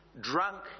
drunk